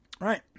Right